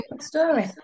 story